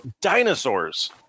dinosaurs